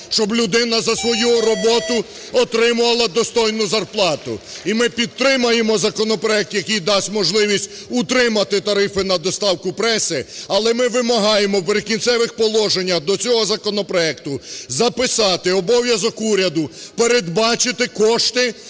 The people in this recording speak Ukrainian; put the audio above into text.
щоб людина за свою роботу отримувала достойну зарплату. І ми підтримаємо законопроект, який дасть можливість утримати тарифи на доставку преси, але ми вимагаємо в "Прикінцевих положеннях" до цього законопроекту записати обов'язок уряду передбачити кошти